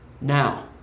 Now